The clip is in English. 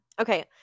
Okay